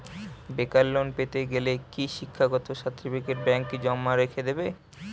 বেকার লোন পেতে গেলে কি শিক্ষাগত সার্টিফিকেট ব্যাঙ্ক জমা রেখে দেবে?